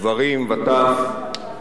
גברים וטף,